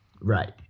Right